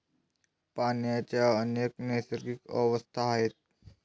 पाण्याच्या अनेक नैसर्गिक अवस्था आहेत